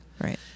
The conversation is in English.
right